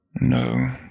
No